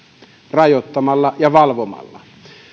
rajoittamalla ja valvomalla